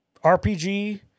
RPG